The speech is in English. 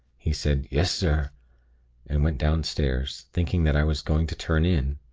he said, yes, sir and went downstairs, thinking that i was going to turn in,